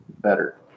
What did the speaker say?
better